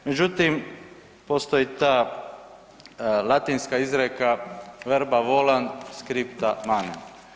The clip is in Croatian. Međutim, postoji ta latinska izreka verba volant scripta manent.